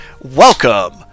Welcome